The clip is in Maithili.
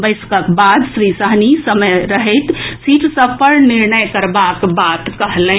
बैसकक बाद श्री सहनी समय रहैत सीट सभ पर निर्णय करबाक बात कहलनि